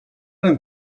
and